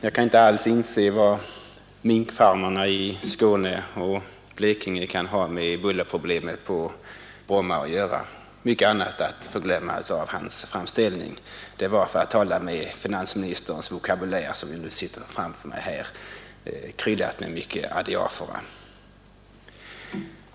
Jag kan inte alls inse vad minkfarmerna i Skåne och Blekinge kan ha med bullerproblemet på Bromma att göra, mycket annat att förglömma i hans framställning. Det var för att tala med finansministerns vokabulär — han sitter just nu framför mig — kryddat med mycket adiafora.